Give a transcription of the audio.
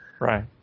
Right